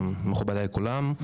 מכובדיי כולם,